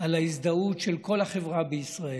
על ההזדהות של כל החברה בישראל,